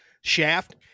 shaft